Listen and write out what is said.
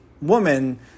woman